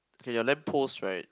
okay your lamp post right